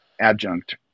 adjunct